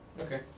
Okay